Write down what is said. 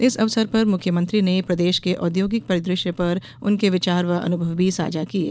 इस अवसर पर मुख्यमंत्री ने प्रदेश के औद्योगिक परिदृश्य पर उनके विचार व अनुभव भी साझा किये